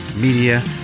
Media